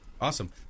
Awesome